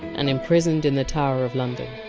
and imprisoned in the tower of london